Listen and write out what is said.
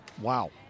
Wow